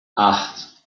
acht